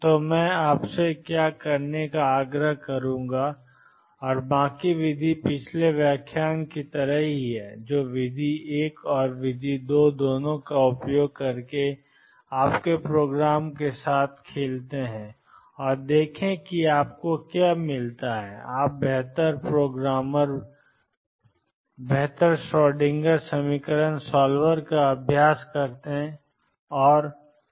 तो मैं आपसे क्या करने का आग्रह करूंगा और बाकी विधि पिछले व्याख्यान की तरह ही है जो विधि एक और विधि दो दोनों का उपयोग करके आपके प्रोग्राम के साथ खेलते हैं और देखें कि आपको क्या मिलता है आप बेहतर प्रोग्रामर बेहतर श्रोडिंगर समीकरण सॉल्वर का अभ्यास करते हैं बनना